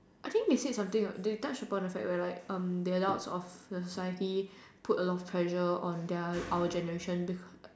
I think they said something about they touch upon the fact where like um the adults of society put a lot of pressure on their our generation